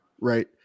right